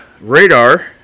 Radar